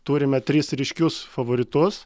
turime tris ryškius favoritus